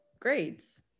grades